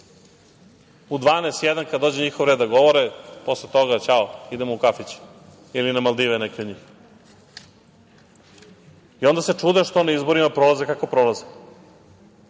jedan, kad dođe njihov red da govore, posle toga ćao, idemo u kafić ili na Maldive neki od njih. I onda se čude što na izborima prolaze kako prolaze.